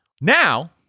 Now